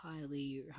highly